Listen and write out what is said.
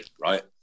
right